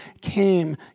came